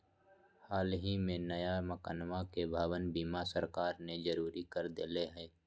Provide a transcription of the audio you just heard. हल ही में नया मकनवा के भवन बीमा सरकार ने जरुरी कर देले है